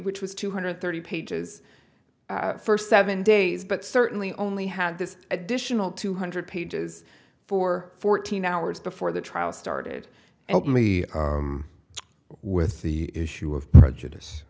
which was two hundred thirty pages first seven days but certainly only had this additional two hundred pages for fourteen hours before the trial started openly with the issue of prejudice